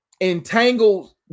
Entangled